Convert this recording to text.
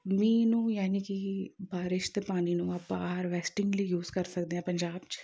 ਮੀਂਹ ਨੂੰ ਯਾਨੀ ਕਿ ਬਾਰਿਸ਼ ਦੇ ਪਾਣੀ ਨੂੰ ਆਪਾਂ ਹਰਵੈਸਟਿੰਗ ਲਈ ਯੂਜ਼ ਕਰ ਸਕਦੇ ਹਾਂ ਪੰਜਾਬ 'ਚ